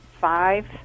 five